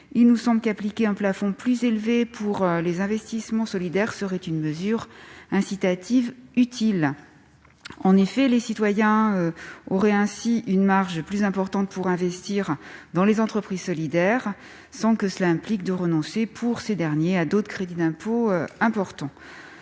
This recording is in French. il nous semble que l'application d'un plafond plus élevé pour les investissements solidaires serait une bonne mesure incitative. En effet, les citoyens auraient ainsi une marge plus importante pour investir dans les entreprises solidaires, sans que cela oblige ces dernières à renoncer à d'autres crédits d'impôt importants.